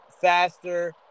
faster